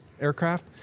aircraft